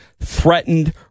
threatened